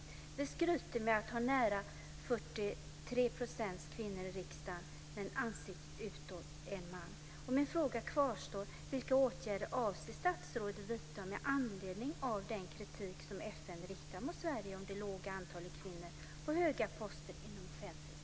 Vi skryter med att ha nära 43 % kvinnor i riksdagen, men ansiktet utåt är en man. Min fråga kvarstår: Vilka åtgärder avser statsrådet att vidta med anledning av den kritik som FN riktar mot Sverige angående det låga antalet kvinnor på höga poster inom offentlig sektor?